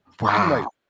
Wow